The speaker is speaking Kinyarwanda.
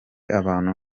abantu